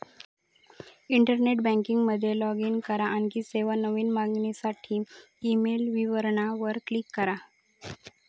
internet banking मध्ये log in करा, आणखी सेवा, नवीन मागणीसाठी ईमेल विवरणा वर क्लिक करा